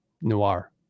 noir